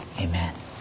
Amen